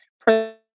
present